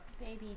Baby